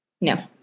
No